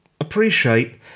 appreciate